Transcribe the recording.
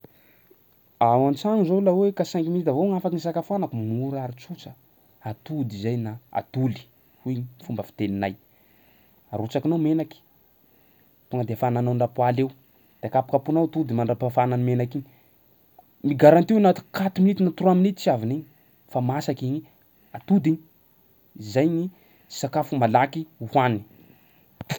Ao an-tsagno zao laha hoe ka cinq minutes avao gny afaky isakafoanako mora ary tsotsa, atody zay na atoly hoy ny fomba fiteninay. Arotsakinao menaky tonga de afananao ny lapoaly eo, de akapokapohanao atody mandrapafana ny menaky iny, migaranty anaty quatre minutes na trois minutes tsy avin'igny fa masaky igny atody igny, zay ny sakafo malaky hohany.